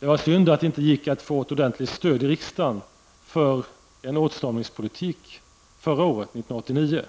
var synd att det inte gick att få ett ordentligt stöd i riksdagen för en åtstramningspolitik förra året, 1989.